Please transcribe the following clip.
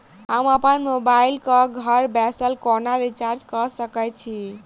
हम अप्पन मोबाइल कऽ घर बैसल कोना रिचार्ज कऽ सकय छी?